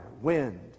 wind